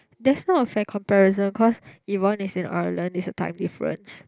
that's not a fair comparison cause Yvonne is in Ireland there's a time difference